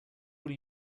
will